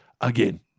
again